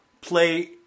play